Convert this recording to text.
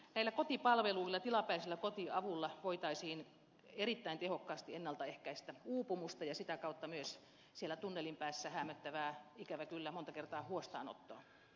näillä kotipalveluilla tilapäisellä kotiavulla voitaisiin erittäin tehokkaasti ennalta ehkäistä uupumusta ja sitä kautta myös siellä tunnelin päässä ikävä kyllä monta kertaa häämöttävää huostaanottoa